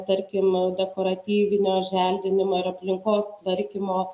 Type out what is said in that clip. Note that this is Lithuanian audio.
tarkim dekoratyvinio želdinimo ir aplinkos tvarkymo